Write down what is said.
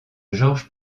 georges